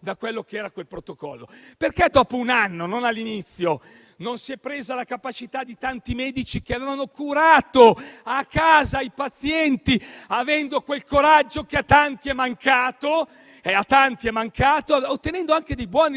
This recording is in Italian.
da quello che era quel protocollo. Perché dopo un anno, non all'inizio, non si è appresa la capacità di tanti medici che avevano curato a casa i pazienti, avendo quel coraggio che a tanti è mancato, ottenendo anche dei buoni risultati